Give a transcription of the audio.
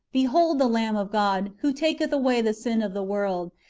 behold the lamb of god, who taketh away the sin of the world.